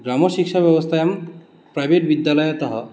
ग्रामशिक्षाव्यवस्थायां private विद्यालयतः